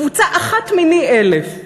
קבוצה אחת מני אלף,